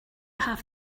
have